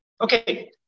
Okay